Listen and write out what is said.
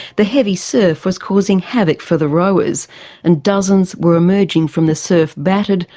the heavy surf was causing havoc for the rowers and dozens were emerging from the surf battered,